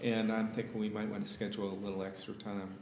and i think we might want to schedule a little extra time